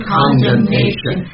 condemnation